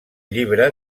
llibre